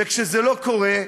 וכשזה לא קורה,